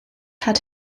hat